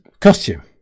costume